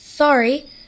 Sorry